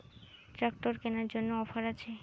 Tractor কেনার জন্য offer আছে?